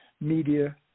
media